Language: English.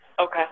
Okay